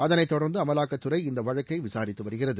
அதனை தொடர்ந்து அமலாக்கத்துறை இந்த வழக்கை விசாரித்து வருகிறது